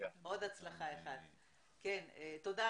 תודה רבה.